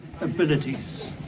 abilities